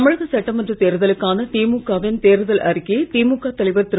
தமிழக சட்டமன்ற தேர்தலுக்கான திமுக வின் கேர்கல் அறிக்கையை திமுக தலைவர் திரு